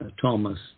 Thomas